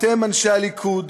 אתם אנשי הליכוד,